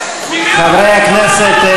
חברי הכנסת,